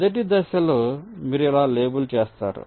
మొదటి దశలో మీరు ఇలా లేబుల్ చేస్తారు